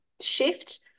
shift